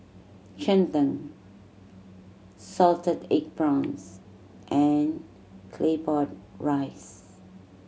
cheng tng salted egg prawns and Claypot Rice